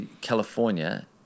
California